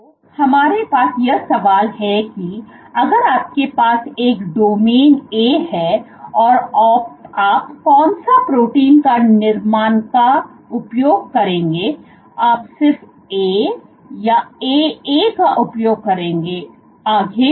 तो हमारे पास यह सवाल है कि अगर आपके पास एक डोमिन A है आप कौन सा प्रोटीन का निर्माणका उपयोग करेंगे आप सिर्फ A या A A का उपयोग करेंगे आगे भी